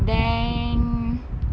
then